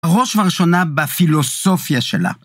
בראש וראשונה בפילוסופיה שלה.